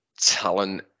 talent